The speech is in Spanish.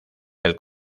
del